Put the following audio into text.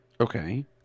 Okay